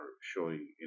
showing